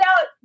out